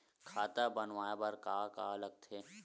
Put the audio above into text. खाता बनवाय बर का का लगथे?